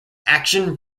action